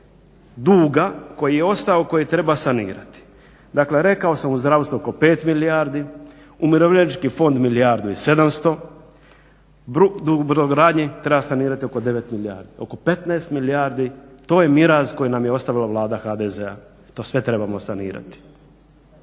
duga koji je ostao, koji treba sanirati. Dakle, rekao sam u zdravstvu oko 5 milijardi, umirovljenički fond milijardu i 700. Dug brodogradnji treba sanirati oko 9 milijardi. Oko 15 milijardi to je miraz koji nam je ostavila Vlada HDZ-a. To sve trebamo sanirati.